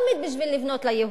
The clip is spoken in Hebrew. לבנות ליהודים.